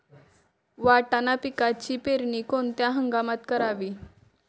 वाटाणा पिकाची पेरणी कोणत्या हंगामात करावी?